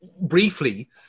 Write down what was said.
Briefly